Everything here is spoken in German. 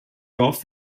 dorf